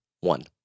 One